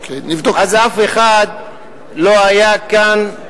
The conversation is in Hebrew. אף אחד לא היה כאן,